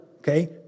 Okay